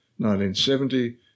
1970